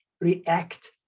react